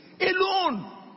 alone